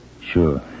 Sure